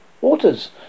waters